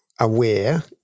aware